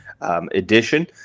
edition